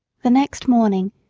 the next morning,